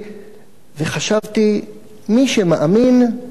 וחשבתי: מי שמאמין לא מפחד.